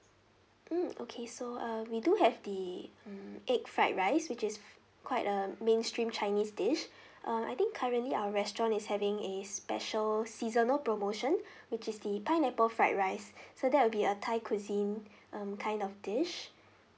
mm okay so uh we do have the mm egg fried rice which is quite a main stream chinese dish um I think currently our restaurant is having a special seasonal promotion which is the pineapple fried rice so that will be a thai cuisine um kind of dish